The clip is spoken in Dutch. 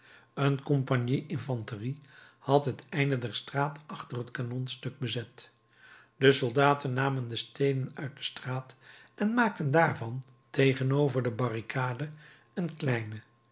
een compagnie infanterie had het einde der straat achter het kanonstuk bezet de soldaten namen de steenen uit de straat en maakten daarvan tegenover de barricade een kleinen